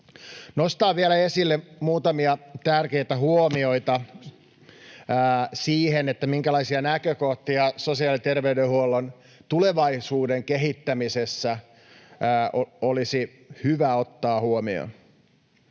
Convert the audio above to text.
nostaa vielä esille muutamia tärkeitä huomioita siihen, minkälaisia näkökohtia sosiaali- ja terveydenhuollon tulevaisuuden kehittämisessä olisi hyvä ottaa huomioon.